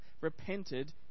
repented